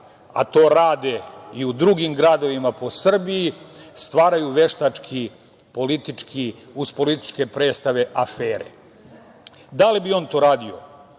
a to rade i u drugim gradovima po Srbiji, stvaraju veštački, politički, uz političke predstave afere. Da li bi on to radio?